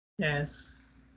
yes